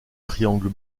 triangle